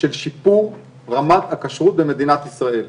של שיפור רמת הכשרות במדינת ישראל.